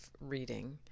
reading